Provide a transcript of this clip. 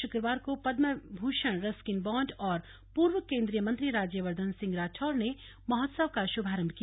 शुक्रवार को Padma Bhushan Ruskin Bond और पूर्व केंद्रीय मंत्री राज्यवर्धन सिंह राठौर ने महोत्सव का शुभारंभ किया